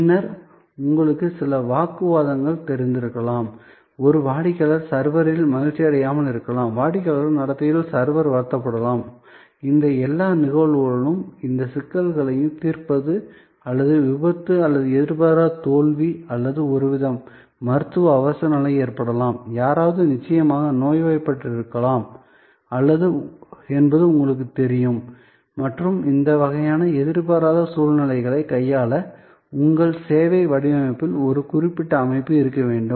பின்னர் உங்களுக்கு சில வாக்குவாதங்கள் தெரிந்திருக்கலாம் ஒரு வாடிக்கையாளர் சர்வரில் மகிழ்ச்சியடையாமல் இருக்கலாம் வாடிக்கையாளர் நடத்தையில் சர்வர் வருத்தப்படலாம் இந்த எல்லா நிகழ்வுகளிலும் இந்த சிக்கல்களைத் தீர்ப்பது அல்லது விபத்து அல்லது எதிர்பாராத தோல்வி அல்லது ஒரு மருத்துவ அவசரநிலை ஏற்படலாம் யாராவது நிச்சயமாக நோய்வாய்ப்பட்டிருக்கலாம் என்பது உங்களுக்குத் தெரியும் மற்றும் இந்த வகையான எதிர்பாராத சூழ்நிலைகளை கையாள உங்கள் சேவை வடிவமைப்பில் ஒரு குறிப்பிட்ட அமைப்பு இருக்க வேண்டும்